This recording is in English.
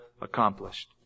accomplished